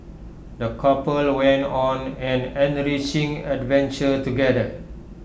the couple went on an enriching adventure together